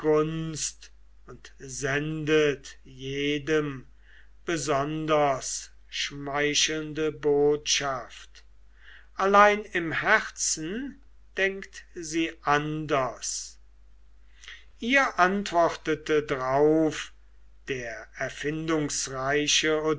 und sendet jedem besonders schmeichelnde botschaft allein im herzen denket sie anders ihr antwortete drauf der erfindungsreiche